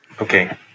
Okay